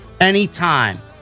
anytime